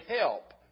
help